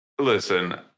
Listen